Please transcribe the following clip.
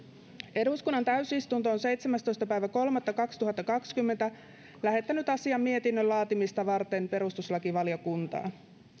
eduskunnan täysistunto on seitsemästoista kolmatta kaksituhattakaksikymmentä lähettänyt asian mietinnön laatimista varten perustuslakivaliokuntaan